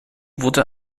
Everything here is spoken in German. wurde